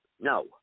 No